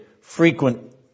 frequent